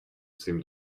seem